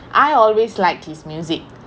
I always liked his music